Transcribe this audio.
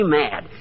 mad